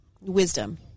wisdom